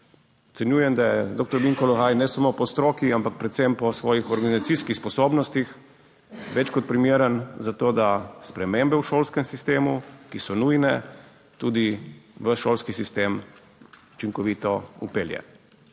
Ocenjujem, da je dr. Vinko Logaj ne samo po stroki, ampak predvsem po svojih organizacijskih sposobnostih več kot primeren za to, da spremembe v šolskem sistemu, ki so nujne, tudi v šolski sistem učinkovito vpelje.